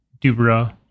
Dubra